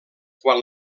quan